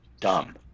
dumb